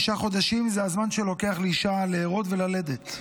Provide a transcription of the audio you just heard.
תשעה חודשים זה הזמן שלוקח לאישה להרות וללדת.